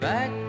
Back